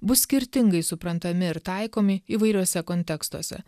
bus skirtingai suprantami ir taikomi įvairiuose kontekstuose